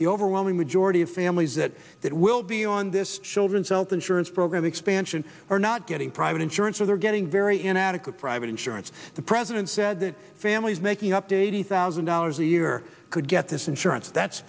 the overwhelming majority of families that that will be on this children's health insurance program expansion are not getting private insurance or they're getting very inadequate private insurance the present said that families making up to eighty thousand dollars a year could get this insurance that's